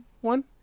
one